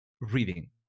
reading